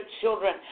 children